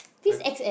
I